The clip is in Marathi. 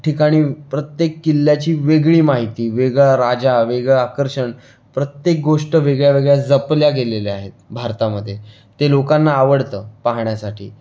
ठिकाणी प्रत्येक किल्ल्याची वेगळी माहिती वेगळा राजा वेगळं आकर्षण प्रत्येक गोष्ट वेगळ्या वेगळ्या जपल्या गेलेल्या आहेत भारतामध्ये ते लोकांना आवडतं पाहण्यासाठी